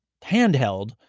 handheld